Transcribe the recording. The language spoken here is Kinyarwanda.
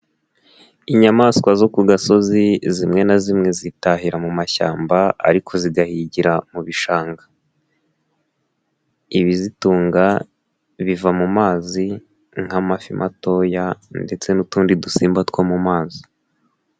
Inyamaswa zo ku gasozi zimwe na zimwe zitahira mu mashyamba ariko zigahigira mu bishanga, ibizitunga biva mu mazi nk'amafi matoya ndetse n'utundi dusimba two mu mazi.